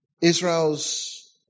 Israel's